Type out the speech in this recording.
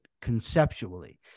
conceptually